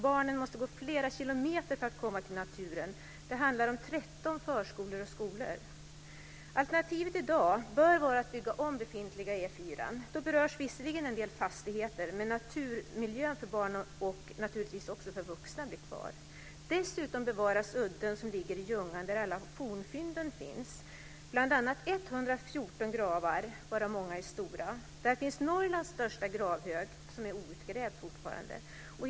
Barnen måste gå flera kilometer för att komma till naturen. Det handlar om 13 förskolor och skolor. Alternativet i dag bör vara att bygga om befintliga E 4:an. Då berörs visserligen en del fastigheter, men naturmiljön för barn och naturligtvis även för vuxna blir kvar. Dessutom bevaras udden som ligger i Ljungan där alla fornfynden finns, bl.a. 114 gravar - varav många är stora. Där finns Norrlands största gravhög, som fortfarande är outgrävd.